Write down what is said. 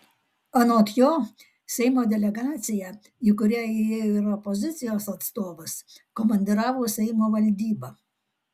anot jo seimo delegaciją į kurią įėjo ir opozicijos atstovas komandiravo seimo valdyba